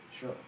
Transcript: Sure